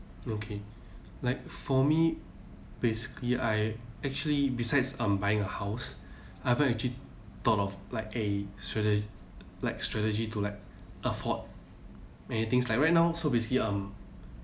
okay like for me basically I actually besides um buying a house I haven't actually thought of like a strate~ like strategy to like afford many things like right now so basically um